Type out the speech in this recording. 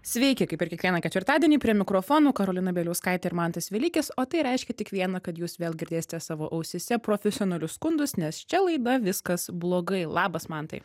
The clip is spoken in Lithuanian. sveiki kaip ir kiekvieną ketvirtadienį prie mikrofonų karolina bieliauskaitė ir mantas velykis o tai reiškia tik vieną kad jūs vėl girdėsite savo ausyse profesionalius skundus nes čia laida viskas blogai labas mantai